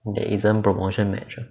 there isn't promotion match